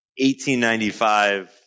1895